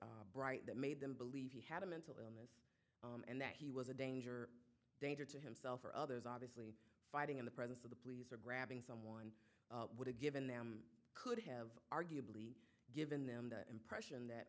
mr bright that made them believe he had a mental ill and that he was a danger danger to himself or others obviously fighting in the presence of the police or grabbing someone would have given them could have arguably given them the impression that